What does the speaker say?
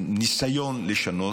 בניסיון לשנות.